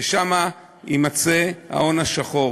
ששם יימצא ההון השחור.